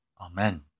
Amen